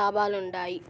లాభాలుండాయి